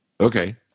okay